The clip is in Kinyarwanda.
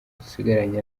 dusigaranye